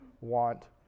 want